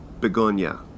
Begonia